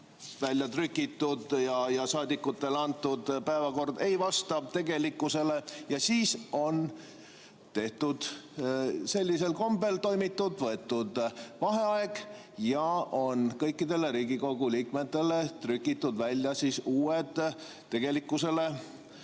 väljatrükitud ja saadikutele antud päevakord ei vasta tegelikkusele. Siis on toimitud sellisel kombel, et on võetud vaheaeg ja kõikidele Riigikogu liikmetele on trükitud välja uued, tegelikkusele